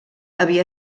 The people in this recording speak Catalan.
havia